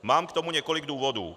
Mám k tomu několik důvodů.